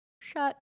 shut